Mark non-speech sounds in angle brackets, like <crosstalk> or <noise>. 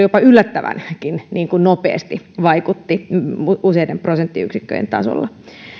<unintelligible> jopa yllättävänkin nopeasti vaikutti useiden prosenttiyksikköjen tasolla